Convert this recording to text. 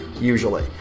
usually